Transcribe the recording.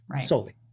solely